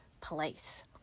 place